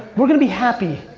we're gonna be happy,